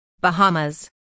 Bahamas